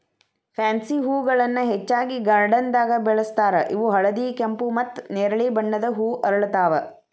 pansy ಹೂಗಳನ್ನ ಹೆಚ್ಚಾಗಿ ಗಾರ್ಡನ್ದಾಗ ಬೆಳೆಸ್ತಾರ ಇವು ಹಳದಿ, ಕೆಂಪು, ಮತ್ತ್ ನೆರಳಿ ಬಣ್ಣದ ಹೂ ಅರಳ್ತಾವ